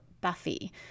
buffy